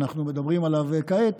אנחנו מדברים כעת,